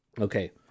Okay